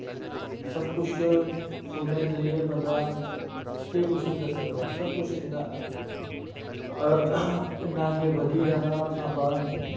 सब कुश फोनै जरिये बंदा केह् कुश निं करी सकदा सब कुश इन्ना अग्गें बधी दा साढ़ा साम्बा